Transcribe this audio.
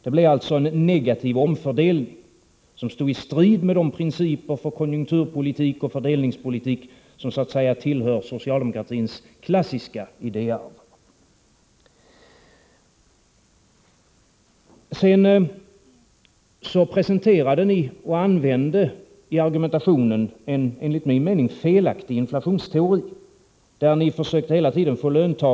Det blev alltså en negativ omfördelning, som stod i strid med de principer för konjunkturpolitik och fördelningspolitik som tillhör socialdemokratins så att säzc klassiska idéarv. Sedan presenterade ni, och använde i argumentationen. en enligt min mening felaktig inflationsteori, där ni hela tiden försökte få lönt?